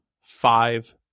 five